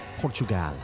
Portugal